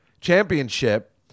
championship